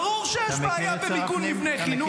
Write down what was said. ברור שיש בעיה במיגון מבני חינוך.